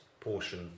portion